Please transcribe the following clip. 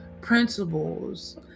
principles